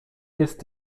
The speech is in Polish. jest